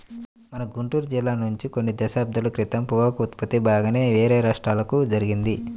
మన గుంటూరు జిల్లా నుంచి కొన్ని దశాబ్దాల క్రితం పొగాకు ఉత్పత్తి బాగానే వేరే రాష్ట్రాలకు జరిగింది